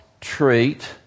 treat